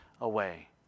away